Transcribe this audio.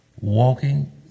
walking